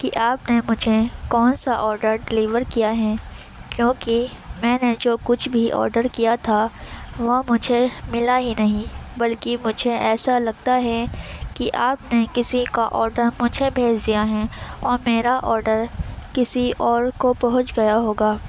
کہ آپ نے مجھے کون سا آڈر ڈلیور کیا ہے کیوں کہ میں نے جو کچھ بھی آڈر کیا تھا وہ مجھے ملا ہی نہیں بلکہ مجھے ایسا لگتا ہے کہ آپ نے کسی کا آڈر مجھے بھیج دیا ہے اور میرا آڈر کسی اور کو پہنچ گیا ہوگا